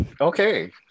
okay